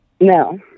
No